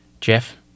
Jeff